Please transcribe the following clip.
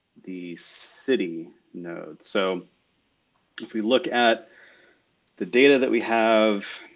the city nodes. so if we look at the data that we have,